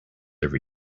every